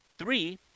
Three